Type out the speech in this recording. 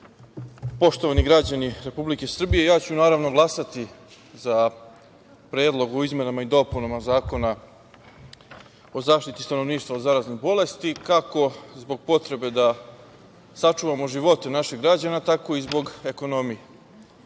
poštovani građani Republike Srbije, ja ću glasati za Predlog o izmenama i dopunama Zakona o zaštiti stanovništva od zaraznih bolesti, kako zbog potrebe da sačuvamo živote naših građana, tako i zbog ekonomije. Jer,